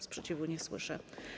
Sprzeciwu nie słyszę.